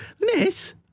miss